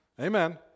Amen